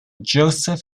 joseph